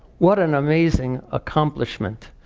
what an amazing accomplishment.